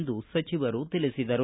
ಎಂದು ಸಚಿವರು ತಿಳಿಸಿದರು